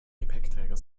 gepäckträger